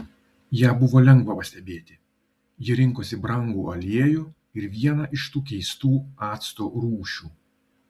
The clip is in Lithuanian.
ją buvo lengva pastebėti ji rinkosi brangų aliejų ir vieną iš tų keistų acto rūšių